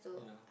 yeah